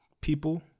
people